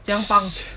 怎样帮